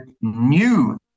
new